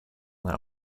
that